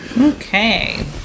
Okay